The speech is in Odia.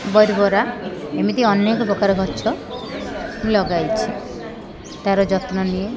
ବର୍ବରା ଏମିତି ଅନେକ ପ୍ରକାର ଗଛ ଲଗାଇଛି ତା'ର ଯତ୍ନ ନିଏ